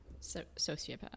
sociopath